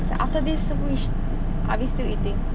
so after this submission are we still eating